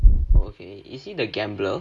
okay is he the gambler